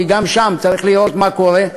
כי גם שם צריך לראות מה קורה,